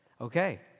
okay